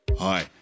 Hi